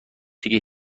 دیگه